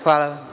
Hvala.